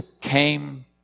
came